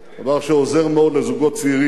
דבר שעוזר מאוד לזוגות צעירים.